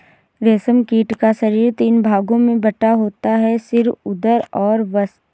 रेशम कीट का शरीर तीन भागों में बटा होता है सिर, उदर और वक्ष